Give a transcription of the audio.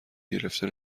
گرفته